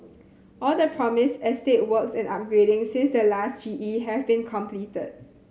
all the promised estate works and upgrading since the last G E have been completed